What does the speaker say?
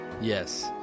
Yes